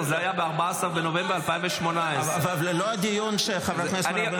זה היה ב-14 בנובמבר 2018. זה לא הדיון שחברת הכנסת בן ארי מדברת עליו.